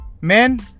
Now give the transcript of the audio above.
Men